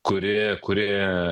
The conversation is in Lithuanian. kuri kuri